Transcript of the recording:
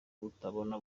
kutabona